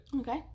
Okay